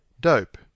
dope